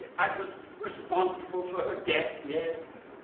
i was responsible for her death, yes.